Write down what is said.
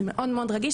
זה מאוד מאוד רגיש,